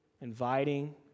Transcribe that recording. inviting